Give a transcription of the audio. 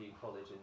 College